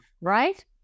right